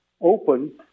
open